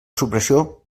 supressió